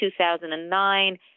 2009